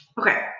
Okay